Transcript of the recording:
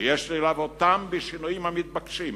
שיש ללוותם בשינויים המתבקשים,